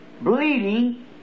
bleeding